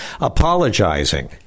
apologizing